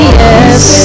yes